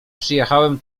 przyjechałem